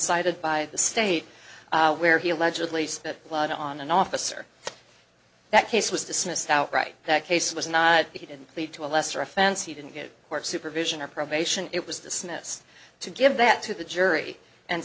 sided by the state where he allegedly spit blood on an officer that case was dismissed outright that case was not he didn't plead to a lesser offense he didn't get more supervision or probation it was dismissed to give that to the jury and